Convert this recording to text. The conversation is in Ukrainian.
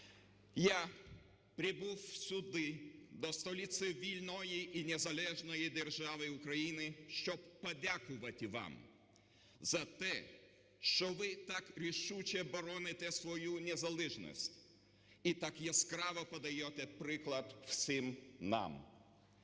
Я прибув сюди до столиці вільної і незалежної держави України, щоб подякувати вам за те, що ви так рішуче бороните свою незалежність і так яскраво подаєте приклад всім нам.